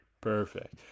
Perfect